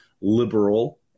liberal